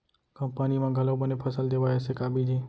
कम पानी मा घलव बने फसल देवय ऐसे का बीज हे?